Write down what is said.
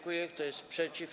Kto jest przeciw?